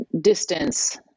distance